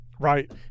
Right